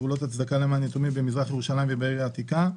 פעולות למען יתומים במזרח ירושלים ובעיר העתיקה.